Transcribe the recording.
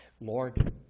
Lord